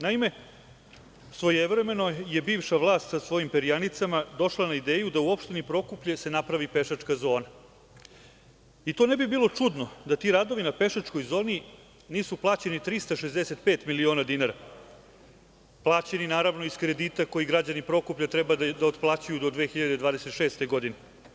Naime, svojevremeno je bivša vlast sa svojim perjanicama došla na ideju da se u opštini Prokuplje napravi pešačka zona i to ne bi bilo čudno da ti radovi na pešačkoj zoni nisu plaćeni 365 miliona dinara, plaćeni naravno iz kredita koji građani Prokuplja treba da otplaćuju do 2026. godine.